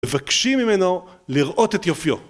מבקשים ממנו לראות את יופיו.